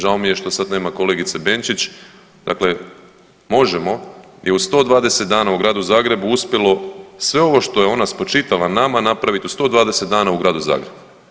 Žao mi je što sad nema kolegice Benčić, dakle, Možemo! je u 120 dana u Gradu Zagrebu uspjelo sve ovo što je ona spočitala nama, napraviti u 120 dana u Gradu Zagrebu.